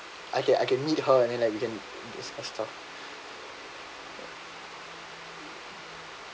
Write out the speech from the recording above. I can I can meet her and like we can discuss stuff